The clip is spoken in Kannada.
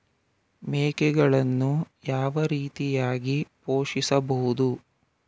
ಮೇಕೆಗಳನ್ನು ಯಾವ ರೀತಿಯಾಗಿ ಪೋಷಿಸಬಹುದು?